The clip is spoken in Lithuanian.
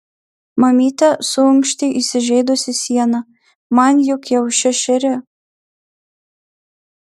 mamyte suunkštė įsižeidusi siena man juk jau šešeri